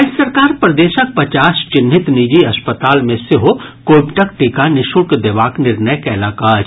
राज्य सरकार प्रदेशक पचास चिन्हित निजी अस्पताल मे सेहो कोविडक टीका निःशुल्क देबाक निर्णय कयलक अछि